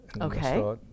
Okay